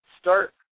start